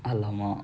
!alamak!